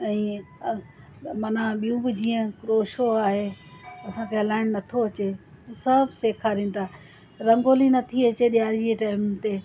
ऐं ईअं माना ॿियूं बि जीअं हिकिड़ो शो आहे असांखे ॻाल्हाइणु नथो अचे सभु सेखारनि था रंगोली नथी अचे ॾियारी जे टाइम ते